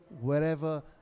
wherever